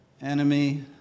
enemy